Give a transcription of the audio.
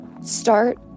start